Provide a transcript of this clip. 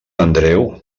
andreu